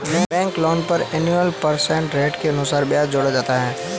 bank loan पर annual percentage rate के अनुसार ब्याज जोड़ा जाता है